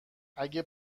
اگه